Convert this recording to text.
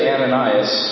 Ananias